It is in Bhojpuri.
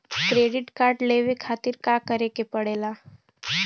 क्रेडिट कार्ड लेवे खातिर का करे के पड़ेला?